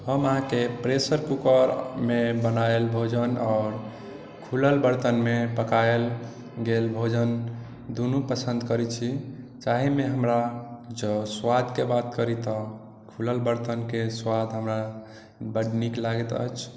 हम अहाँके प्रेशर कूकरमे बनायल भोजन आओर खुलल बर्तनमे पकायल गेल भोजन दूनू पसन्द करैत छी जाहिमे हमरा जँ स्वादके बात करी तऽ खुलल बरतनके स्वाद हमरा बड्ड नीक लगैत अछि